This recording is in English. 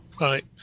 Right